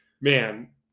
Man